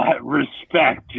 respect